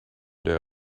der